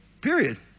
period